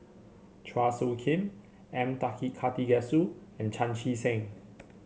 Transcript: Chua Soo Khim M Karthigesu and Chan Chee Seng